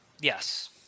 yes